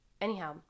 Anyhow